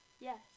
Yes